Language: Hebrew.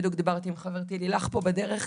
בדיוק דיברתי עם חברתי לילך פה בדרך,